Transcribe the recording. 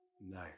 no